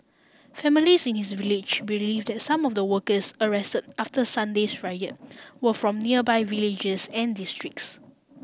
families in his village believe that some of the workers arrest after Sunday's riot were from nearby villages and districts